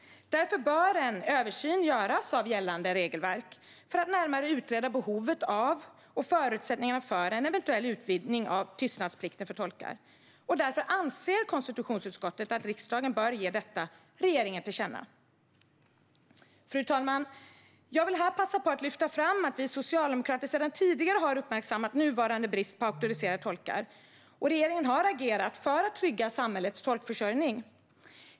Därför bör en översyn av gällande regelverk göras för att närmare utreda behovet av och förutsättningarna för en eventuell utvidgning av tystnadsplikten för tolkar. Därför anser konstitutionsutskottet att riksdagen bör ge regeringen detta till känna. Fru talman! Jag vill här passa på att lyfta fram att vi socialdemokrater tidigare har uppmärksammat nuvarande brist på auktoriserade tolkar, och regeringen har agerat för att trygga samhällets tolkförsörjning.